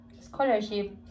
scholarship